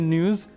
News